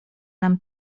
nam